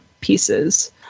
pieces